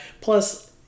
Plus